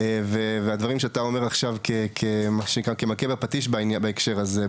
והדברים שאתה אומר עכשיו כמה שנקרא כמכה בפטיש בהקשר הזה,